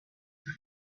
were